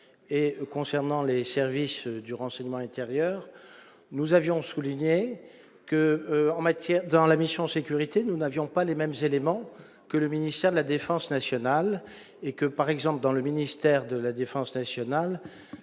et concernant les services du renseignement intérieur, nous avions souligné que en matière dans la mission sécurité nous n'avions pas les mêmes éléments que le ministère de la défense nationale et que, par exemple dans le ministère de la Défense nationale,